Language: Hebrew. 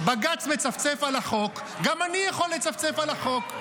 בג"ץ מצפצף על החוק, גם אני יכול לצפצף על החוק.